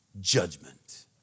judgment